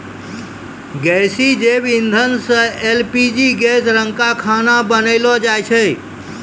गैसीय जैव इंधन सँ एल.पी.जी गैस रंका खाना बनैलो जाय छै?